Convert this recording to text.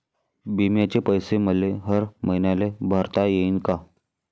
बिम्याचे पैसे मले हर मईन्याले भरता येईन का?